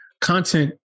content